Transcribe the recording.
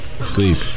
Sleep